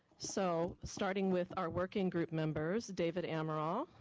so starting with our working group members, david amaral?